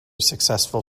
successful